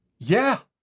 yeah.